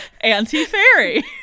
anti-fairy